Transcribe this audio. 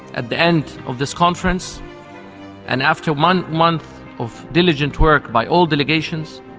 at the end of this conference and after one month of diligent work by all delegations